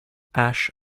ash